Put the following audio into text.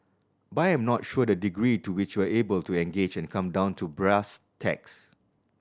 but I am not sure the degree to which you are able to engage and come down to brass tacks